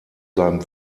seinem